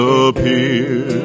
appear